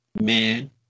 man